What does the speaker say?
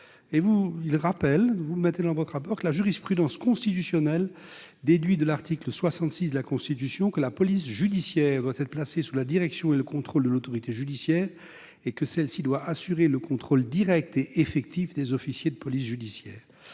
». Vous rappelez ensuite que « la jurisprudence constitutionnelle déduit de l'article 66 de la Constitution que la police judiciaire doit être placée sous la direction et le contrôle de l'autorité judiciaire et que celle-ci doit assurer le contrôle " direct et effectif " des officiers de police judiciaire.